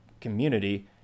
community